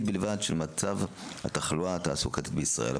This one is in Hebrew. בלבד של מצב התחלואה התעסוקתית בישראל.